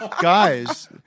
guys